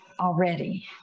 already